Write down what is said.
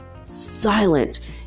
silent